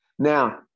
Now